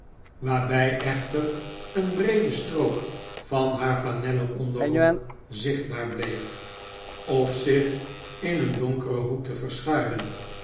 waarbij echter een breede strook van haar flanellen onderrok zichtbaar bleef of zich in een donkeren hoek te verschuilen